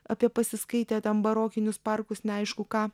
apie pasiskaitę ten barokinius parkus neaišku ką